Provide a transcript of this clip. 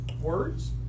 words